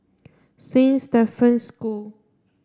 Saint Stephen's School